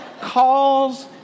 calls